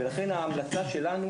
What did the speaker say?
ולכן ההמלצה שלנו,